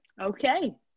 Okay